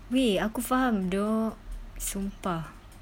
wei aku faham dok sumpah